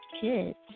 kids